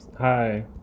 Hi